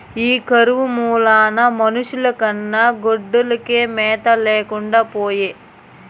ఈ కరువు మూలాన మనుషుల కన్నా గొడ్లకే మేత లేకుండా పాయె